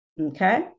Okay